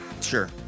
Sure